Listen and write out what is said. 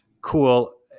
cool